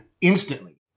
instantly